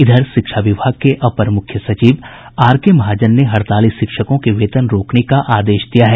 इधर शिक्षा विभाग के अपर मुख्य सचिव आर के महाजन ने हड़ताली शिक्षकों के वेतन रोकने का आदेश दिया है